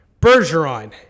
Bergeron